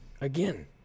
Again